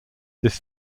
this